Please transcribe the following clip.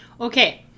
Okay